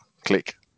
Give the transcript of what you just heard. Click